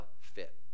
fit